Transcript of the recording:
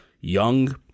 young